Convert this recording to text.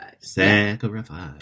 Sacrifice